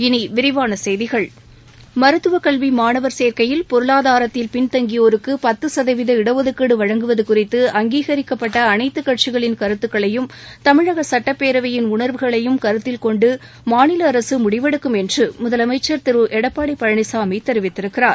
இனி விரிவான செய்திகள் மருத்துவ கல்வி மாணவர் சேர்க்கையில் பொருளாதாரத்தில் பின்தங்கியோருக்கு பத்து சதவீத இட்டுதுக்கீடு வழங்குவது குறித்து அங்கீகரிக்கப்பட்ட அனைத்து கட்சிகளின் கருத்துக்களையும் தமிழக சட்டப்பேரவையின் உணர்வுகளையும் கருத்தில் கொண்டு மாநில அரசு முடிவெடுக்கும் என்று முதலமைச்சர் திரு எடப்பாடி பழனிசாமி தெரிவித்திருக்கிறார்